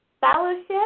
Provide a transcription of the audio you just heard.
fellowship